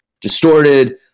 distorted